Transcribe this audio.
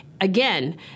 Again